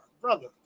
brother